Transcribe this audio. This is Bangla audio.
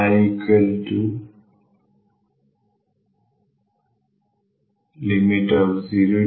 I0a0xexyz